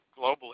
globally